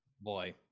boy